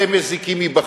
אתם מזיקים מבחוץ.